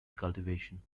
cultivation